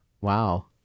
Wow